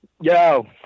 Yo